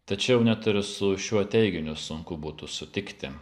tačiau net ir su šiuo teiginiu sunku būtų sutikti